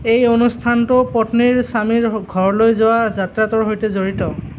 এই অনুষ্ঠানটো পত্নীৰ স্বামীৰ ঘৰলৈ যোৱা যাত্ৰাটোৰ সৈতে জড়িত